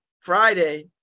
Friday